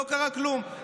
לא קרה כלום,